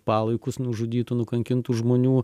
palaikus nužudytų nukankintų žmonių